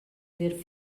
ver